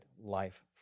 life